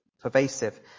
pervasive